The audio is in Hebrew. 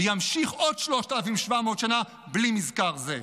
וימשיך עוד 3,700 שנה בלי מזכר זה.